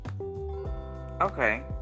Okay